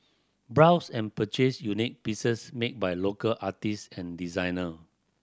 browse and purchase unique pieces made by local artist and designer